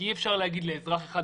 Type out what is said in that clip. כי אי אפשר להגיד לאזרח אחד,